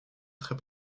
très